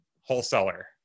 wholesaler